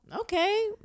Okay